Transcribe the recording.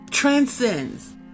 Transcends